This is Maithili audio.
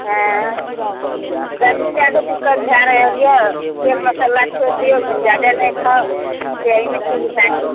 एँ गरमी लए कऽ दिक्कत भए रहल यऽ तेल मसल्ला छोड़ि दियौ बस जादा नहि खाउ तऽ अहीमे ठीक भए जेतय